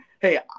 Hey